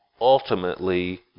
ultimately